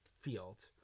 field